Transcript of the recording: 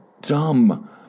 dumb